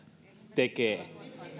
tekevät